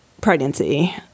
pregnancy